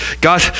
God